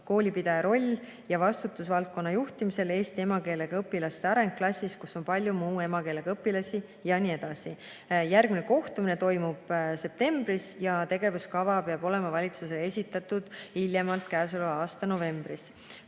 koolipidaja roll ja vastutus valdkonna juhtimisel, eesti emakeelega õpilaste areng klassis, kus on palju muu emakeelega õpilasi, jne. Järgmine kohtumine toimub septembris ja tegevuskava peab olema valitsusele esitatud hiljemalt käesoleva aasta novembris.